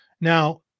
Now